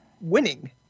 winning